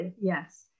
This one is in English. yes